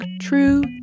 true